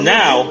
now